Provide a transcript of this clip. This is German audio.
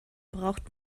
braucht